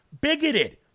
bigoted